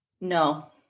No